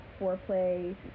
foreplay